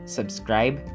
Subscribe